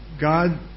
God